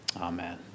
Amen